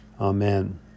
Amen